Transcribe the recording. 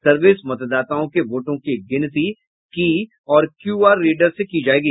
service मतदाताओं के वोटों की गिनती की और क्यू आर रीडर से की जायेगी